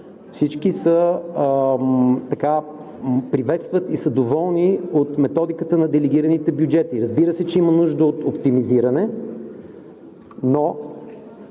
всички приветстват и са доволни от методиката на делегираните бюджети. Разбира се, че има нужда от оптимизиране, но